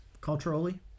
Culturally